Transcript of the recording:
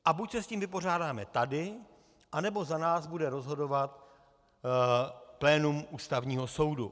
A buď se s tím vypořádáme tady, anebo za nás bude rozhodovat plénum Ústavního soudu.